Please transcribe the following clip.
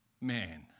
man